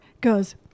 goes